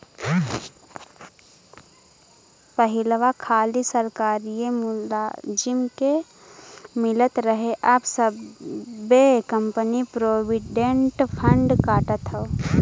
पहिलवा खाली सरकारिए मुलाजिम के मिलत रहे अब सब्बे कंपनी प्रोविडेंट फ़ंड काटत हौ